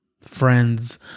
Friends